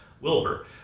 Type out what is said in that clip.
Wilbur